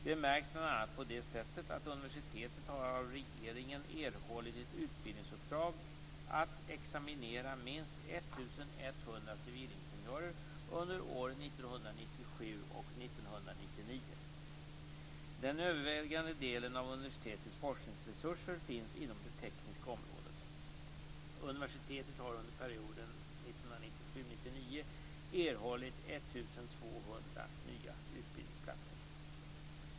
Detta märks bl.a. på det sättet att universitetet har av regeringen erhållit ett utbildningsuppdrag att examinera minst 1 100 civilingenjörer under åren 1997 1999. Den övervägande delen av universitetets forskningsresurser finns inom det tekniska området.